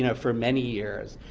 you know for many years.